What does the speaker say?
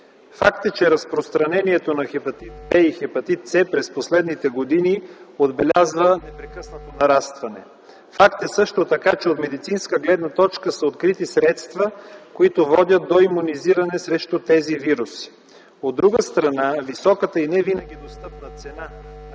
Факт е, че разпространението на хепатит „В” и хепатит „С” през последните години отбелязва непрекъснато нарастване. Факт е също така, че от медицинска гледна точка са открити средства, които водят до имунизиране срещу тези вируси. От друга страна, високата и невинаги достъпна цена, на която